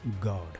God